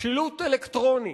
שילוט אלקטרוני